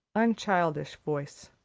unchildish voice.